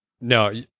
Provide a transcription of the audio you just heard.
No